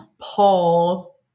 paul